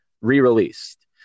re-released